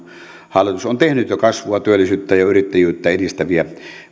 hallitus on tehnyt jo kasvua työllisyyttä ja yrittäjyyttä edistäviä